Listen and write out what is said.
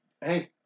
Hey